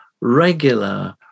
regular